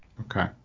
Okay